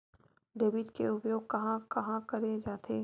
Debit के उपयोग कहां कहा करे जाथे?